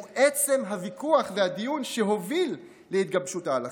הוא עצם הוויכוח והדיון שהובילו להתגבשות ההלכה.